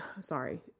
sorry